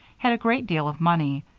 had a great deal of money,